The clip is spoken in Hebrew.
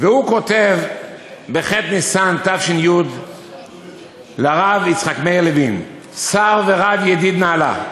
הוא כותב בח' בניסן תש"י לרב יצחק מאיר לוין: "שר ורב וידיד נעלה,